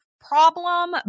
problem